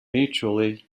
mutually